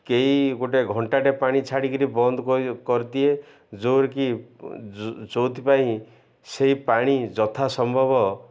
କେହି ଗୋଟେ ଘଣ୍ଟାଟେ ପାଣି ଛାଡ଼ିକିରି ବନ୍ଦ କରିଦିଏ ଯୋର କିି ଯେଉଁଥିପାଇଁ ସେଇ ପାଣି ଯଥା ସମ୍ଭବ